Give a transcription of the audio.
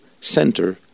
center